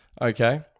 Okay